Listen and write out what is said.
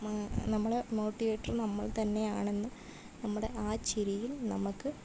നമ്മുടെ മോട്ടിവേറ്റർ നമ്മൾ തന്നെയാണെന്നും നമ്മുടെ ആ ചിരിയിൽ നമുക്ക്